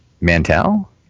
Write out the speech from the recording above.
Mantel